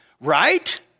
Right